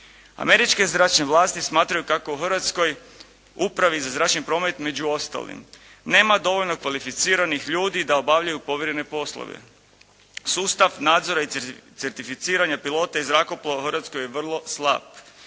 Američke zračne vlasti smatraju kako u Hrvatskoj upravi za zračni promet među ostalim nema dovoljno kvalificiranih ljudi da obavljaju povjerene poslove. Sustav nadzora i certificiranja pilota i zrakoplova u Hrvatskoj je vrlo slab.